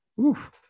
Oof